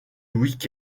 week